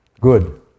Good